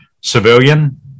civilian